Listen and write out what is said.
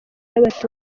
y’abaturage